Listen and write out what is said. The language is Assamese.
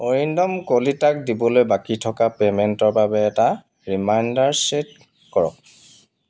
অৰিন্দম কলিতাক দিবলৈ বাকী থকা পে'মেণ্টৰ বাবে এটা ৰিমাইণ্ডাৰ ছে'ট কৰক